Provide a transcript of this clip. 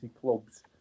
clubs